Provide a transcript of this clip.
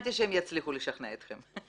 לא האמנתי שהם יצליחו לשכנע אתכם.